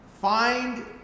Find